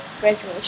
graduation